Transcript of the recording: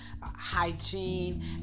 hygiene